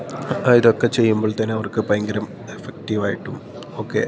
ഇതൊക്കെ ചെയ്യുമ്പോഴത്തേക്കും അവർക്ക് ഭയങ്കര ഇഫക്റ്റീവായിട്ടും ഒക്കെ